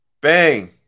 Bang